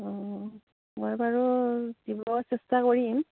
অঁ মই বাৰু দিব চেষ্টা কৰিম